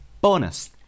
bonus